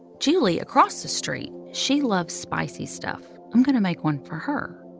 julie across the street, she loves spicy stuff. i'm going to make one for her.